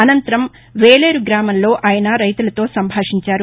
అనంతరం వేలేరు గ్రామంలో ఆయన రైతులతో సంభాషించారు